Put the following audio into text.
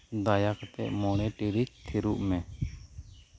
ᱫᱟᱭᱟ ᱠᱟᱛᱮᱜ ᱢᱚᱬᱮ ᱴᱤᱬᱤᱡ ᱛᱷᱤᱨᱚᱜ ᱢᱮ